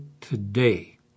today